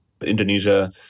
Indonesia